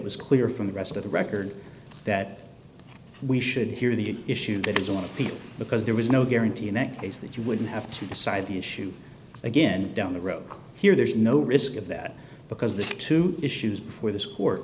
was clear from the rest of the record that we should hear the issue that is on appeal because there was no guarantee that you wouldn't have to decide the issue again down the road here there's no risk of that because the two issues before this court